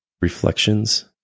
reflections